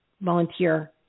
volunteer